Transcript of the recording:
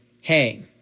hey